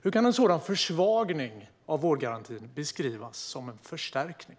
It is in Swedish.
Hur kan en sådan försvagning av vårdgarantin beskrivas som en förstärkning?